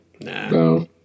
No